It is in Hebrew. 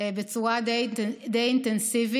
בצורה די אינטנסיבית.